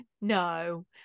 No